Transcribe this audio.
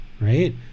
right